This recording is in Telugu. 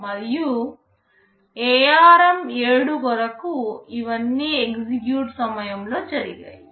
మరియు ARM7 కొరకు ఇవన్నీ ఎగ్జిక్యూట్ సమయంలో జరిగాయి